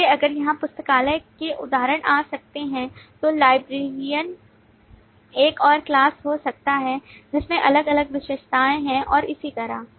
इसलिए अगर यहां पुस्तकालय के उदाहरण आ सकते हैं तो लाइब्रेरियन एक और class हो सकता है जिसमें अलग अलग विशेषताएं हैं और इसी तरह